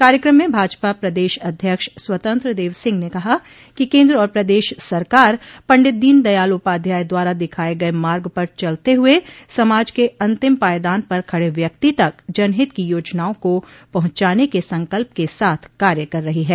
कार्यक्रम में भाजपा प्रदेश अध्यक्ष स्वतंत्र देव सिंह ने कहा कि केन्द्र और प्रदेश सरकार पंडित दीन दयाल उपाध्याय द्वारा दिखाये गये मार्ग पर चलते हुए समाज क अंतिम पायदान पर खड़े व्यक्ति तक जनहित की योजनाओं को पहुंचाने के संकल्प के साथ कार्य कर रही है